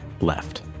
left